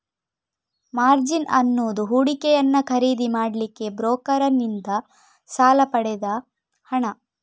margin ಅನ್ನುದು ಹೂಡಿಕೆಯನ್ನ ಖರೀದಿ ಮಾಡ್ಲಿಕ್ಕೆ ಬ್ರೋಕರನ್ನಿಂದ ಸಾಲ ಪಡೆದ ಹಣ